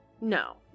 No